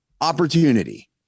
opportunity